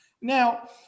Now